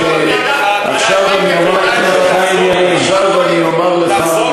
תחזור בך, חבל לך.